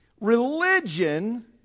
religion